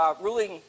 ruling